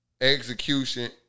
execution